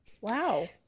Wow